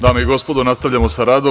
Dame i gospodo, nastavljamo sa radom.